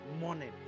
morning